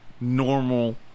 normal